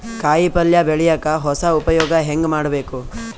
ಕಾಯಿ ಪಲ್ಯ ಬೆಳಿಯಕ ಹೊಸ ಉಪಯೊಗ ಹೆಂಗ ಮಾಡಬೇಕು?